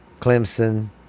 Clemson